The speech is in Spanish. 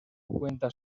cuenta